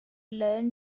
learn